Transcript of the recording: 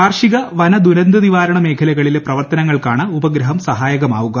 കാർഷിക വന ദുരന്തനിവാരണ മേഖലകളിലെ പ്രവർത്തനങ്ങൾക്കാണ് ഉപഗ്രഹം സഹായകമാവുക